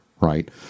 right